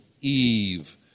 Eve